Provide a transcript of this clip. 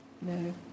No